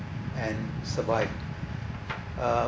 and survive uh